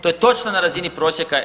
To je točno na razini prosjeka EU.